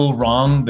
wrong